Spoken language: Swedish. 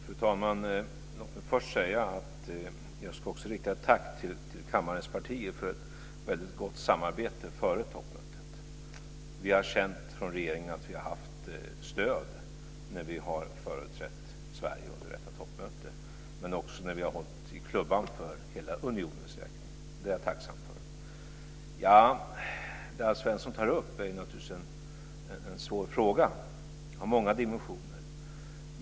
Fru talman! Låt mig först rikta ett tack till kammarens partier för ett väldigt gott samarbete före toppmötet. Vi har från regeringen känt att vi har haft stöd när vi har företrätt Sverige under detta toppmöte men också när vi har hållit i klubban för hela unionens räkning. Det är jag tacksam för. Det Alf Svensson tar upp är naturligtvis en svår fråga. Den har många dimensioner.